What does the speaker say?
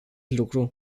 lucru